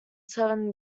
seven